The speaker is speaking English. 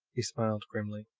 he smiled grimly.